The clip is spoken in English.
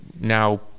now